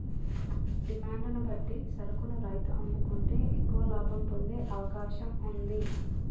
demand ను బట్టి సరుకును రైతు అమ్ముకుంటే ఎక్కువ లాభం పొందే అవకాశం వుంది